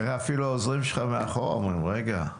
תראה, אפילו העוזרים שלך מאחורה אומרים, רגע.